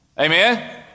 Amen